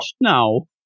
no